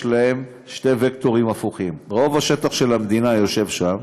יש להן שני וקטורים הפוכים: רוב השטח של המדינה יושב שם,